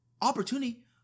opportunity